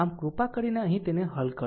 આમ કૃપા કરીને અહીં તેને હલ કરો